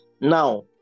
Now